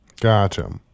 Gotcha